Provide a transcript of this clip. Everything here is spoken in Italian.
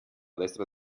destra